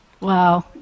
Wow